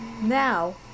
Now